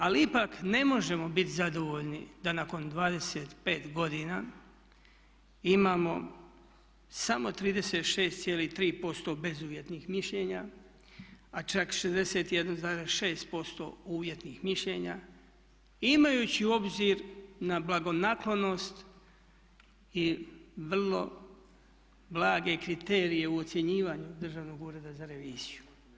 Ali ipak ne možemo bit zadovoljni da nakon 25 godina imamo samo 36,3% bezuvjetnih mišljenja, a čak 61,6% uvjetnih mišljenja imajući u obzir na blagonaklonost i vrlo blage kriterije u ocjenjivanju Državnog ureda za reviziju.